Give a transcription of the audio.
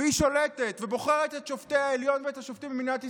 והיא שולטת ובוחרת את שופטי העליון ואת השופטים במדינת ישראל.